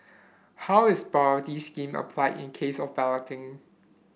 how is priority scheme applied in case of balloting